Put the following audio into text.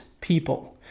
people